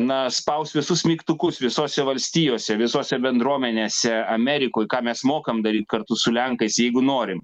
na spaus visus mygtukus visose valstijose visose bendruomenėse amerikoj ką mes mokam daryt kartu su lenkais jeigu norim